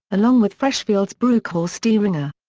along with freshfields bruckhaus deringer.